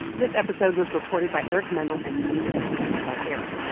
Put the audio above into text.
this episode was reported by eric mennel and me, and produced by eric,